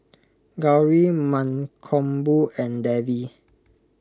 Gauri Mankombu and Devi